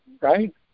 right